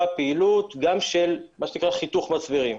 הפעילות גם של מה שנקרא חיתוך מצברים.